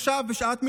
עכשיו, בשעת מלחמה,